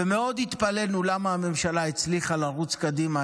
ומאוד התפלאנו למה הממשלה הצליחה לרוץ קדימה